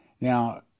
Now